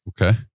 Okay